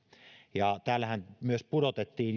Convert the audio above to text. joitakin alueitahan myös pudotettiin